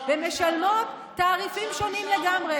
והן משלמות תעריפים שונים לגמרי.